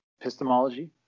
epistemology